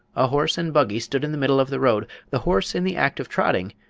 a horse and buggy stood in the middle of the road, the horse in the act of trotting,